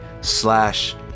slash